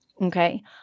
okay